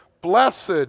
Blessed